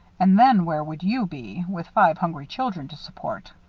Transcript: and then, where would you be, with five hungry children to support?